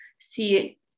see